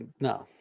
No